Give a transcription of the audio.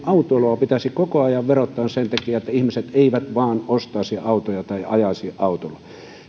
autoilua pitäisi koko ajan verottaa sen takia että ihmiset vain eivät ostaisi autoja tai ajaisi autolla